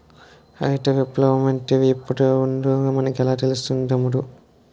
హరిత విప్లవ మంటే ఎప్పుడొచ్చిందో మనకెలా తెలుస్తాది తమ్ముడూ?